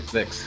six